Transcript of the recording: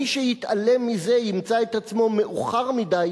מי שיתעלם מזה ימצא את עצמו מאוחר מדי